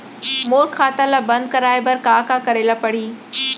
मोर खाता ल बन्द कराये बर का का करे ल पड़ही?